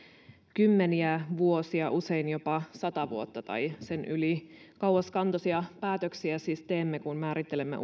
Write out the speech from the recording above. kymmeniä vuosia usein jopa sata vuotta tai sen yli kauaskantoisia päätöksiä siis teemme kun määrittelemme